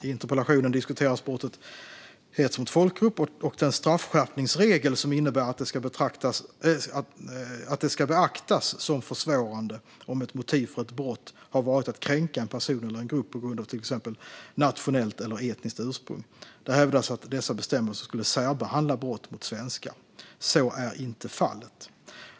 I interpellationen diskuteras brottet hets mot folkgrupp och den straffskärpningsregel som innebär att det ska beaktas som försvårande om ett motiv för ett brott har varit att kränka en person eller en grupp på grund av till exempel nationellt eller etniskt ursprung. Det hävdas att dessa bestämmelser skulle särbehandla brott mot svenskar. Så är inte fallet.